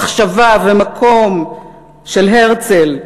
מחשבה ומקום של הרצל,